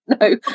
No